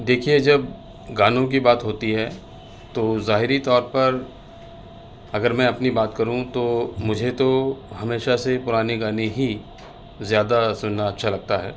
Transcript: دیکھیے جب گانوں کی بات ہوتی ہے تو ظاہری طور پر اگر میں اپنی بات کروں تو مجھے تو ہمیشہ سے پرانے گانے ہی زیادہ سننا اچھا لگتا ہے